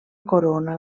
corona